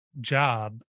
job